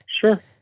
sure